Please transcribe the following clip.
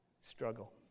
struggle